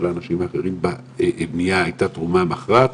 האנשים האחרים בבניית הארץ הייתה תרומה מכרעת,